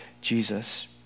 Jesus